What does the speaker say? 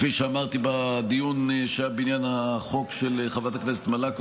כפי שאמרתי בדיון שהיה בעניין החוק של חברת הכנסת מלקו,